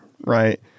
right